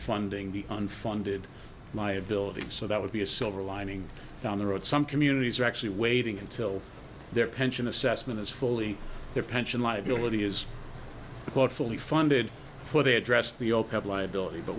funding the unfunded liabilities so that would be a silver lining down the road some communities are actually waiting until their pension assessment is fully their pension liability is quite fully funded for they address the yoke of liability but